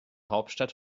hauptstadt